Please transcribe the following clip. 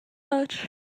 much